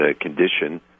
condition